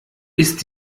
ist